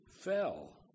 fell